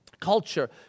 culture